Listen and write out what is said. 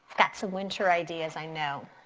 got some winter ideas, i know.